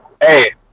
Hey